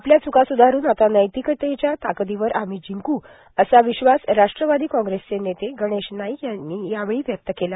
आपल्या च्का सुधारून आता नैतिकतेच्या ताकदीवर आम्ही जिंकू असा विश्वास राष्ट्रवादी कॉंग्रेसचे नेते गणेश नाईक यांनी यावेळी व्यक्त केला